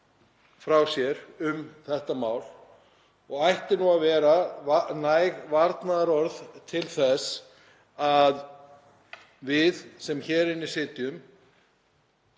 frá sér um þetta mál og ættu að vera næg varnaðarorð til þess að við sem hér inni sitjum